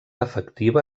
efectiva